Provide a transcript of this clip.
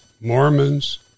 Mormons